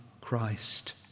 Christ